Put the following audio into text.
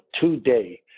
today